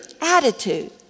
attitude